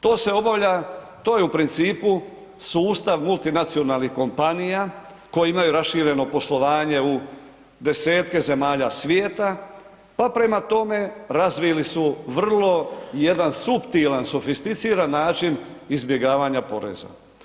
To se obavlja, to je u principu sustav multinacionalnih kompanija koji imaju rašireno poslovanje u 10-tke zemalja svijeta, pa prema tome razvili su jedan suptilan sofisticiran način izbjegavanja poreza.